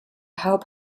help